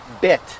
bit